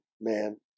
man